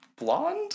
blonde